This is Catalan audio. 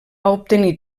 obtenir